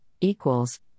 equals